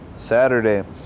Saturday